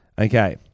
Okay